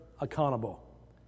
accountable